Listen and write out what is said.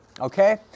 Okay